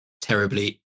terribly